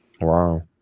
wow